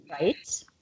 Right